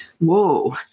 whoa